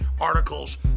articles